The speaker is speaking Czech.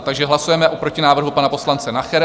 Takže hlasujeme o protinávrhu pana poslance Nachera.